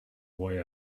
boy